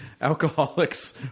alcoholics